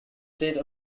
state